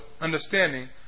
understanding